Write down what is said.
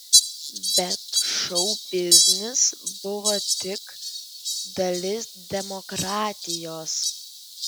bet šou biznis buvo tik dalis demokratijos